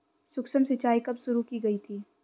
सूक्ष्म सिंचाई कब शुरू की गई थी?